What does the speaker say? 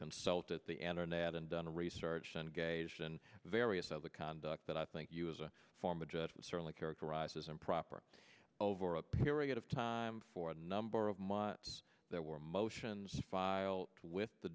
consulted the enter net and done research on gays and various other conduct that i think you as a former judge certainly characterize as improper over a period of time for a number of months there were motions filed with the